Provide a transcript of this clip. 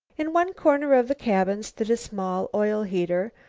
in one corner of the cabin stood a small oil-heater.